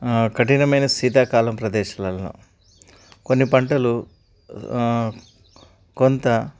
కఠినమైన శీతాకాలం ప్రదేశాలలో కొన్ని పంటలు కొంత